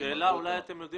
שאלה, אולי אתם יודעים.